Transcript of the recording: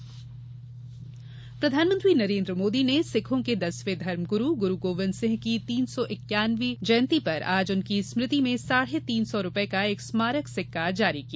ग्रू गोविंदसिंह जयंती प्रधानमंत्री नरेन्द्र मोदी ने सिखों के दसवें धर्म गुरू गुरू गोविन्दसिंह की तीन सौ इक्यानवीं जयंती पर आज उनकी स्मृति में साढ़े तीन सौ रूपये का एक स्मारक सिक्का जारी किया